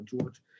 George